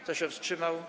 Kto się wstrzymał?